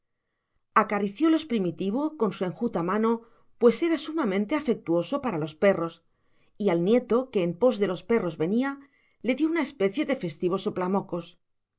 bocas acariciólos primitivo con su enjuta mano pues era sumamente afectuoso para los perros y al nieto que en pos de los perros venía le dio una especie de festivo